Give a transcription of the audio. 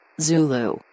Zulu